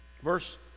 Verse